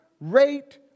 rate